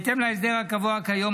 בהתאם להסדר הקבוע כיום,